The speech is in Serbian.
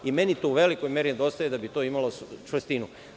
Meni to u velikoj meri nedostaje da bi to imalo čvrstinu.